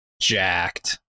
jacked